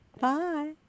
Bye